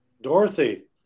Dorothy